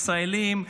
ישראלים,